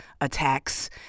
attacks